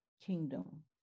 kingdom